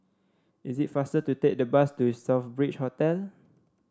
is it faster to take the bus to The Southbridge Hotel